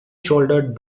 shouldered